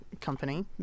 company